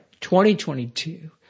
2022